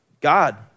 God